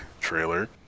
trailer